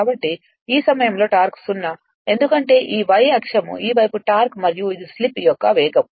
కాబట్టి ఈ సమయంలో టార్క్ 0 ఎందుకంటే ఈ y అక్షం ఈ వైపు టార్క్ మరియు ఇది స్లిప్ యొక్క వేగం